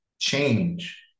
Change